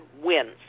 wins